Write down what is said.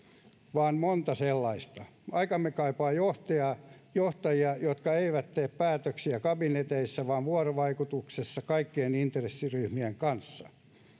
vaan monta sellaista aikamme kaipaa johtajia jotka eivät tee päätöksiä kabineteissa vaan vuorovaikutuksessa kaikkien intressiryhmien kanssa